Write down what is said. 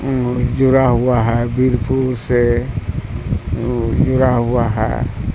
جڑا ہوا ہے بپرپور سے وہ جڑا ہوا ہے